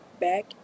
back